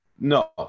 No